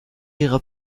ihrer